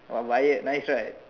oh wired nice right